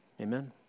Amen